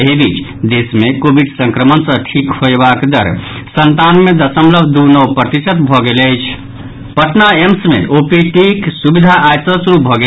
एहि बीच देश मे कोविड संक्रमण सॅ ठीक होयबाक दर संतानवे दशमलव दू नओ प्रतिशत भऽ गेल अछि पटना एम्स मे ओपीडीक सुविधा आइ सॅ शुरू भऽ गेल